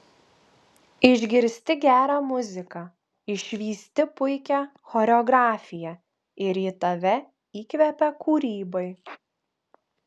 išgirsti gerą muziką išvysti puikią choreografiją ir ji tave įkvepia kūrybai